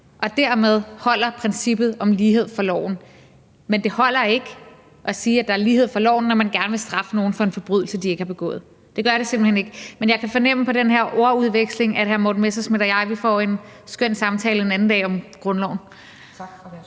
og dermed holder princippet om lighed for loven. Men det holder ikke at sige, at der er lighed for loven, når man gerne vil straffe nogen for en forbrydelse, de ikke har begået. Det gør det simpelt hen ikke. Men jeg kan fornemme på den her ordveksling, at hr. Morten Messerschmidt og jeg får en skøn samtale en anden dag om grundloven.